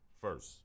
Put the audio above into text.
First